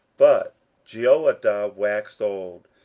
but jehoiada waxed old,